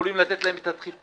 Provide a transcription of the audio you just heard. יוכלו לתת להם את הדחיפה,